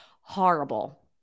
horrible